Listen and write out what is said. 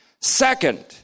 Second